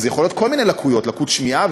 ויכולות להיות כל מיני לקויות: לקות שמיעה,